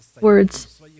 words